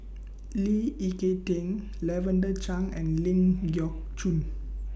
Lee Ek Tieng Lavender Chang and Ling Geok Choon